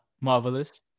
marvelous